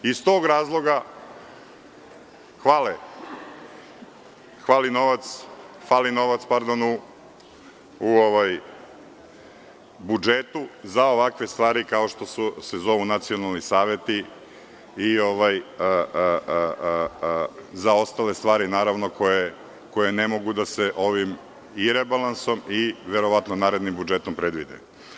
Iz tog razloga nedostaje novac u budžetu za ovakve stvari kao što se zovu nacionalni saveti i za ostale stvari koje ne mogu da se ovim i rebalansom i verovatno narednim budžetom predvide.